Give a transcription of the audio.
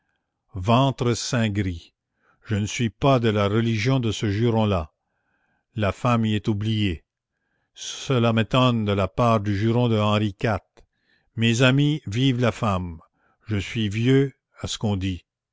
ventre saint gris je ne suis pas de la religion de ce juron là la femme y est oubliée cela m'étonne de la part du juron de henri iv mes amis vive la femme je suis vieux à ce qu'on dit